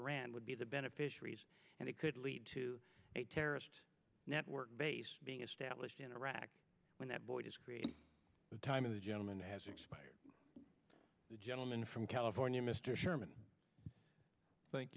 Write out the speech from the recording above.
iran would be the beneficiaries and it could lead to a terrorist network base being established in iraq when that boy the time of the gentleman has expired the gentleman from california mr chairman thank